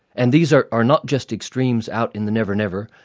and these are are not just extremes out in the never-never,